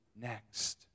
next